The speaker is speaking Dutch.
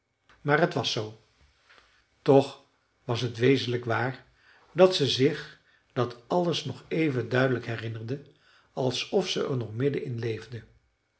maar t was zoo toch was t wezenlijk waar dat ze zich dat alles nog even duidelijk herinnerde alsof ze er nog midden